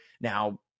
Now